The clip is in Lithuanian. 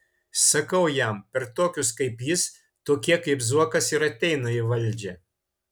sakau jam per tokius kaip jis tokie kaip zuokas ir ateina į valdžią